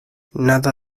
nada